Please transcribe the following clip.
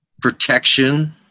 protection